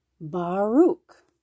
Baruch